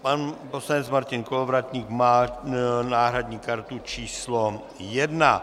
Pan poslanec Martin Kolovratník má náhradní kartu číslo 1.